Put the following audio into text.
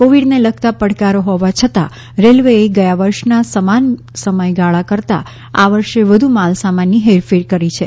કોવિડને લગતા પડકારો હોવા છતાં રેલવેએ ગયા વર્ષના સમાન સમયગાળા કરતા આ વર્ષે વધુ માલસામાનની હેરફેર કરી છે